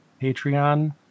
Patreon